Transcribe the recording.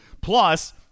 Plus